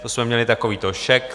To jsme měli takovýto šek.